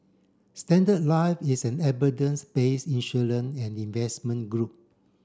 Standard Life is an base insurance and investment group